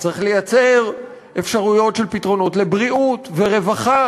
צריך לייצר אפשרויות של פתרונות לבריאות ולרווחה